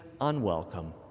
unwelcome